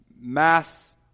mass